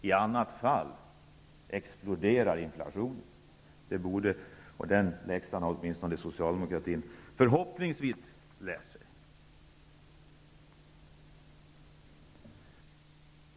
I annat fall exploderar inflationen. Den läxan borde åtminstone Socialdemokraterna förhoppningsvis ha lärt sig.